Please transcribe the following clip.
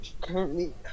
currently